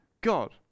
God